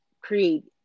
create